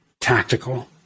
tactical